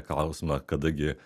klausimą kada gi